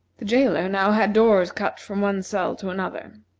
the jailer now had doors cut from one cell to another.